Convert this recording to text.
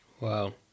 Wow